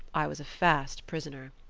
i was a fast prisoner.